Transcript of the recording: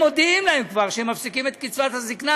הם כבר מודיעים להן שהם מפסיקים את קצבת הזקנה.